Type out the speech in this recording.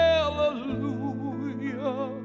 Hallelujah